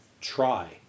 try